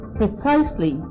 precisely